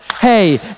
Hey